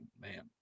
man